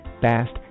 Fast